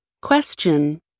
Question